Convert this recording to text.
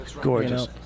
Gorgeous